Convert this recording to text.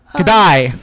Goodbye